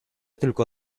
tylko